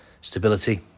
stability